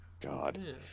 God